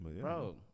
bro